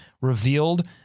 revealed